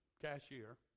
cashier